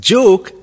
Joke